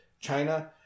China